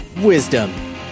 wisdom